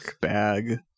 bag